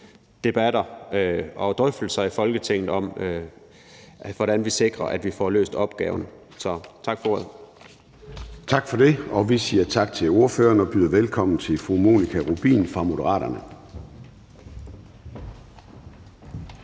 og drøftelser i Folketinget om, hvordan vi sikrer, at vi får løst opgaven. Tak for ordet. Kl. 10:25 Formanden (Søren Gade): Tak for det. Og vi siger tak til ordføreren og byder velkommen til fru Monika Rubin fra Moderaterne.